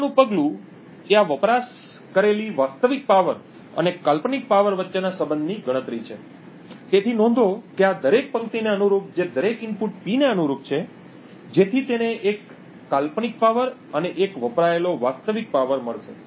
આગળનું પગલું એ આ વપરાશ કરેલી વાસ્તવિક પાવર અને કાલ્પનિક પાવર વચ્ચેના સંબંધની ગણતરી છે તેથી નોંધો કે આ દરેક પંક્તિને અનુરૂપ જે દરેક ઇનપુટ P ને અનુરૂપ છે જેથી તેને એક કાલ્પનિક પાવર અને એક વપરાયેલો વાસ્તવિક પાવર મળશે